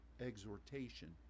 exhortation